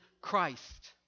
Christ